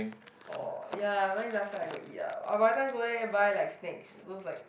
orh ya very last time I got eat lah ah my time go there buy like snacks those like